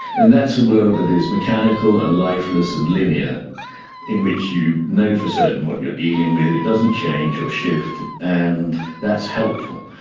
and that's a world that is mechanical and lifeless and linear in which you know for certain what you're dealing with, it doesn't change or shift, and that's helpful.